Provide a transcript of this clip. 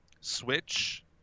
switch